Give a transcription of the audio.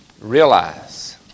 realize